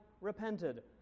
repented